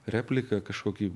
repliką kažkokį